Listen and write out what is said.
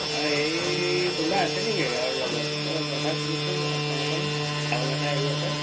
আৰু হেৰি কোনোবা আছে নেকি আৰু লগত অঁ কথা শুনিছোঁ অকণ অকণ ছাউণ্ড এটা আহি আছে